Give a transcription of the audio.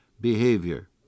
behavior